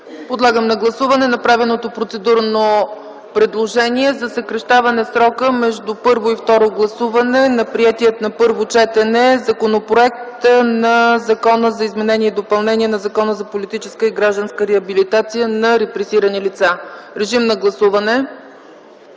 Подлагам на гласуване направеното процедурно предложение за съкращаване на срока за предложения между първо и второ гласуване на приетия на първо четене Законопроект за изменение и допълнение на Закона за политическа и гражданска реабилитация на репресирани лица. Умолявам